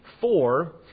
four